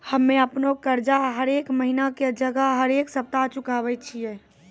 हम्मे अपनो कर्जा हरेक महिना के जगह हरेक सप्ताह चुकाबै छियै